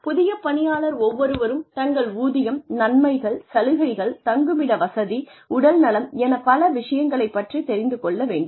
புதிய பணியாளர் ஒவ்வொருவரும் தங்கள் ஊதியம் நன்மைகள் சலுகைகள் தங்குமிட வசதி உடல்நலம் எனப் பல விஷயங்களைப் பற்றித் தெரிந்து கொள்ள வேண்டும்